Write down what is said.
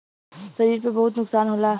शरीर पे बहुत नुकसान होला